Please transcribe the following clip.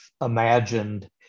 imagined